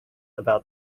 about